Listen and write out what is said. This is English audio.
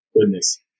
Goodness